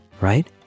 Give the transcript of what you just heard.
Right